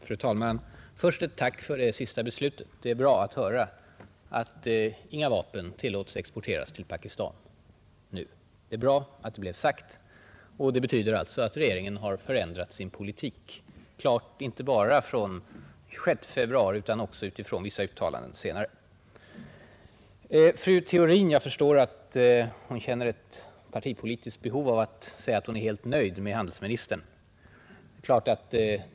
Fru talman! Först ett tack för det sista beskedet. Det är bra att höra att inga vapen nu tillåts exporteras till Pakistan. Det är bra att det blev sagt. Det betyder också att regeringen har förändrat sin politik, inte bara från den 26 februari utan också i förhållande till vissa andra uttalanden. Jag förstår att fru Theorin känner ett partipolitiskt behov av att säga att hon är helt nöjd med handelsministern.